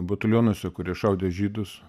batalionuose kurie šaudė žydus